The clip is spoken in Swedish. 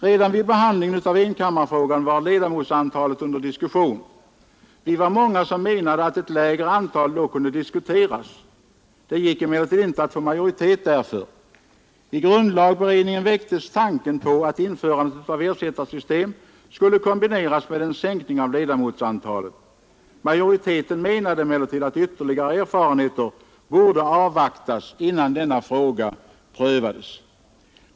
Redan vid behandlingen av frågan om enkammarriksdag var ledamotsantalet under diskussion. Vi var många som menade att ett lägre antal kunde diskuteras. Det gick emellertid inte att få majoritet härför. I grundlagberedningen väcktes tanken på att införandet av ett ersättarsystem skulle kombineras med en sänkning av ledamotsantalet. Majoriteten ansåg emellertid att ytterligare erfarenheter borde avvaktas innan denna fråga prövades.